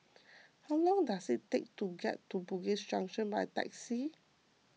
how long does it take to get to Bugis Junction by taxi